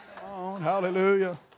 hallelujah